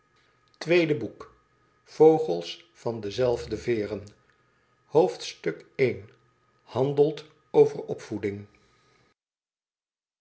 boek vogels van dezelfde veeren handelt over opvoeding